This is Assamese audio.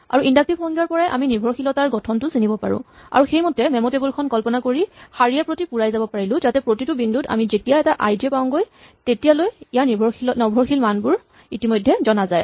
আৰু ইন্ডাক্টিভ সংজ্ঞাৰ পৰাই আমি নিৰ্ভৰশীলতাৰ গঠনটো চিনিব পাৰিলো আৰু সেইমতে মেম' টেবল খন কল্পনা কৰি শাৰীয়ে প্ৰতি পুৰাই যাব পাৰিলো যাতে প্ৰতিটো বিন্দুত আমি যেতিয়া এটা আই জে পাওঁগৈ তেতিয়ালৈ ইয়াৰ নিৰ্ভৰশীল মানসমূহ ইতিমধ্যে জনা যায়